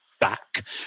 back